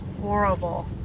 horrible